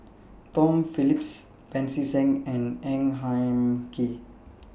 Tom Phillips Pancy Seng and Ang Hin Kee